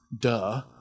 Duh